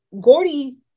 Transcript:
Gordy